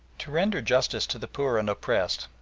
to render justice to the poor and oppressed,